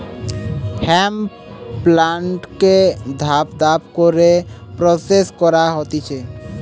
hemp প্লান্টকে ধাপ ধাপ করে প্রসেস করা হতিছে